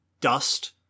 dust